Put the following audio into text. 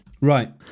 right